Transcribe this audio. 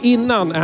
Innan